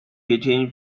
between